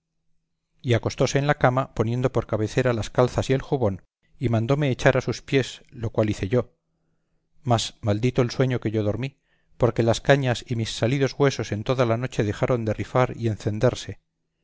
y acostóse en la cama poniendo por cabecera las calzas y el jubón y mandóme echar a sus pies lo cual yo hice mas maldito el sueño que yo dormí porque las cañas y mis salidos huesos en toda la noche dejaron de rifar y encenderse